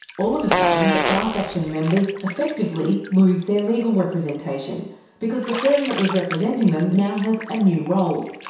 all of a sudden, the class action members effectively lose their legal representation because the firm that was representing them now has a new role,